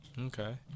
Okay